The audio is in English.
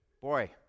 Boy